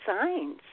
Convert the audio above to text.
signs